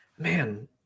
Man